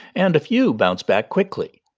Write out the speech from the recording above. and a few bounce back quickly.